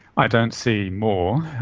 i don't see more,